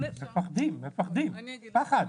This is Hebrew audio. מפחדים, פחד.